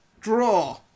Draw